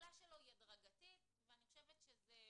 התחולה שלו היא הדרגתית ואני חושבת שזה